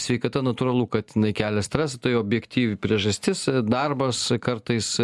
sveikata natūralu kad jinai kelia stresą tai objektyvi priežastis darbas kartais